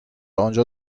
آنجا